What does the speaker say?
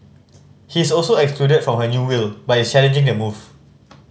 he's also excluded from her new will but is challenging the move